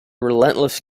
relentless